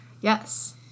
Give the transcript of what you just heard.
Yes